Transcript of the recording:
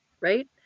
right